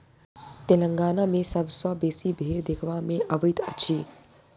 तेलंगाना मे सबसँ बेसी भेंड़ देखबा मे अबैत अछि